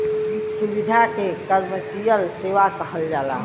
सुविधा के कमर्सिअल सेवा कहल जाला